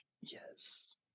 yes